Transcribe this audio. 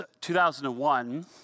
2001